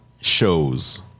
shows